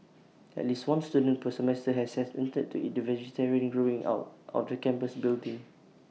at least one student per semester has set attempted to eat the vegetation growing out of the campus building